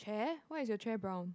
eh why is your chair brown